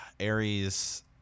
aries